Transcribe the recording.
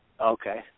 Okay